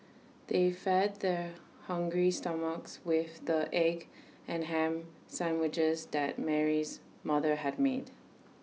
they fed their hungry stomachs with the egg and Ham Sandwiches that Mary's mother had made